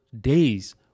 days